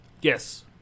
Yes